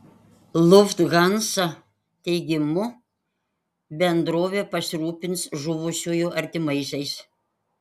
lufthansa teigimu bendrovė pasirūpins žuvusiųjų artimaisiais